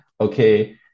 okay